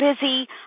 busy